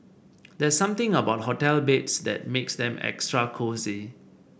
there's something about hotel beds that makes them extra cosy